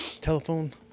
telephone